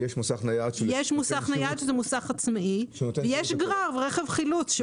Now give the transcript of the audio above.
יש מוסך נייד שהוא מוסך עצמאי ויש גרר, רכב חילוץ.